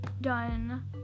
done